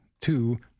two